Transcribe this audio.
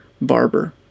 Barber